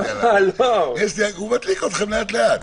הוא מדליק אתכם לאט-לאט.